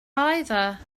either